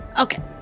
Okay